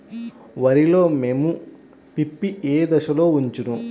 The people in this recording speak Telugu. వరిలో మోము పిప్పి ఏ దశలో వచ్చును?